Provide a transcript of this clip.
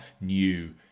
new